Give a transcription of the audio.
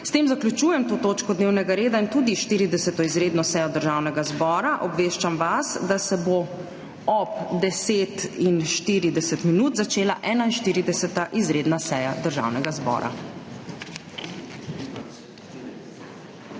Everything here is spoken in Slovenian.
S tem zaključujem to točko dnevnega reda in tudi 40. izredno sejo Državnega zbora. Obveščam vas, da se bo ob 10.40 začela 41. izredna seja Državnega zbora.